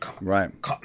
Right